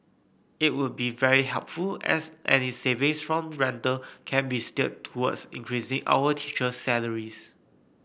it would be very helpful as any savings from rental can be steered towards increasing our teacher's salaries